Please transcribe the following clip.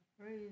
Praise